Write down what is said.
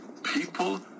People